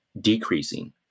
decreasing